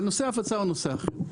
אבל נושא ההפצה הוא נושא אחר,